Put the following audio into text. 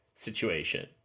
situation